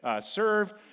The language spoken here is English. serve